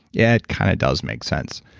yeah it kind of does make sense.